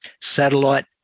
satellite